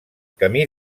camí